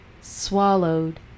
swallowed